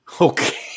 Okay